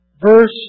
Verse